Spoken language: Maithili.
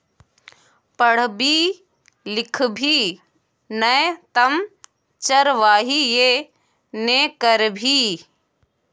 पढ़बी लिखभी नै तँ चरवाहिये ने करभी